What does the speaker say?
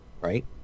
Right